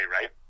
right